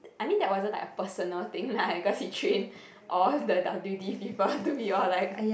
I mean that wasn't like a personal thing lah because he train all the W_D people to be all like